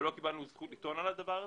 גם לא קיבלנו זכות לטעון על הדבר הזה.